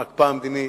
ההקפאה המדינית.